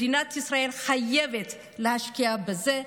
ומדינת ישראל חייבת להשקיע בזה.